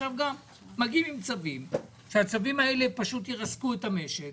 עכשיו מגיעים עם צווים שירסקו את המשק